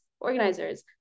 organizers